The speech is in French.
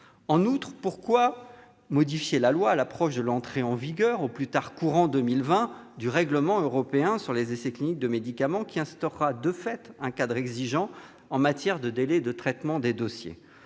lieu, pourquoi modifier la loi à l'approche de l'entrée en vigueur, au plus tard courant 2020, du règlement européen sur les essais cliniques de médicaments, qui instaurera de fait un cadre exigeant en matière de délais de traitement des dossiers ?